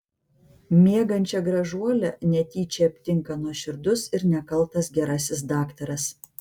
miegančią gražuolę netyčia aptinka nuoširdus ir nekaltas gerasis daktaras